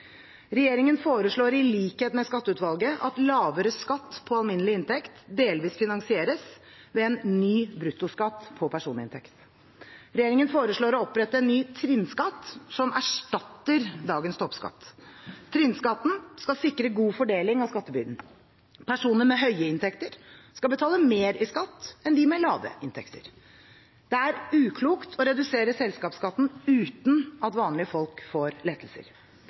Regjeringen foreslår i likhet med Skatteutvalget at lavere skatt på alminnelig inntekt delvis finansieres ved en ny bruttoskatt på personinntekt. Regjeringen foreslår å opprette en ny trinnskatt som erstatter dagens toppskatt. Trinnskatten skal sikre god fordeling av skattebyrden. Personer med høye inntekter skal betale mer i skatt enn dem med lave inntekter. Det er uklokt å redusere selskapsskatten uten at vanlige folk får lettelser.